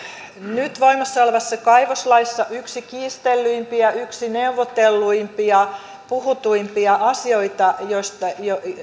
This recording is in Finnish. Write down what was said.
nyt voimassa olevan kaivoslain yksi kiistellyimpiä yksi neuvotelluimpia yksi puhutuimpia asioita